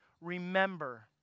remember